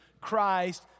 Christ